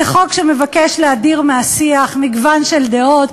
זה חוק שמבקש להדיר מהשיח מגוון של דעות.